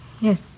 Yes